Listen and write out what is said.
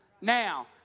now